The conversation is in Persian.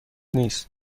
نیست